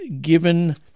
given